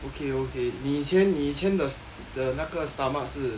okay okay 你以前你以前的的那个 stomach 是